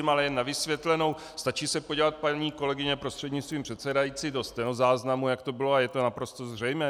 Ale jen na vysvětlenou: Stačí se podívat, paní kolegyně prostřednictvím předsedající, do stenozáznamu, jak to bylo, a je to naprosto zřejmé.